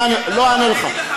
אני אגיד לך משהו.